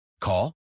Call